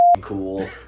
cool